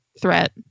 threat